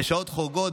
בשעות חורגות,